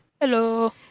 Hello